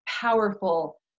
powerful